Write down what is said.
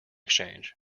exchange